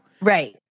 Right